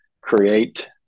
create